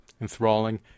enthralling